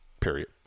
period